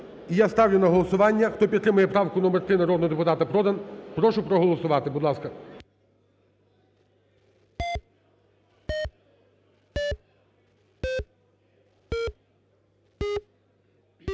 я ставлю на голосування, хто підтримує правку номер три народного депутата Продан, прошу проголосувати, будь ласка.